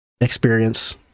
experience